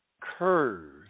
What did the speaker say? curve